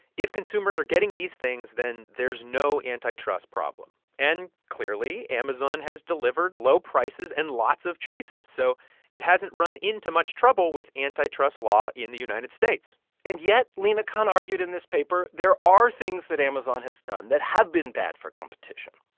if consumers are getting these things, then there's no antitrust problem. and clearly, amazon has delivered low prices and lots of choices, so it hasn't run into much trouble with antitrust law in the united states and yet, lina khan argued in this paper, there are things that amazon has done that have been bad for competition.